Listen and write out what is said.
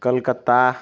Kolkata